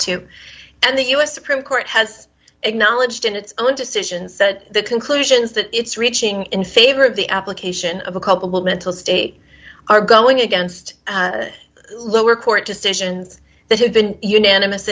to and the u s supreme court has acknowledged in its own decisions that conclusions that it's reaching in favor of the application of a couple mental state are going against lower court decisions that have been unanimous